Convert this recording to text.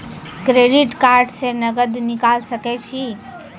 Credit card से नगद निकाल सके छी?